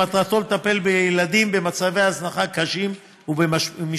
שמטרתו לטפל בילדים במצבי הזנחה קשים ובמשפחותיהם.